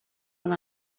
when